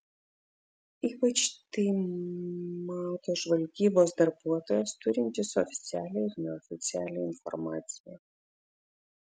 ypač tai mato žvalgybos darbuotojas turintis oficialią ir neoficialią informaciją